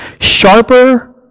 sharper